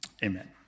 Amen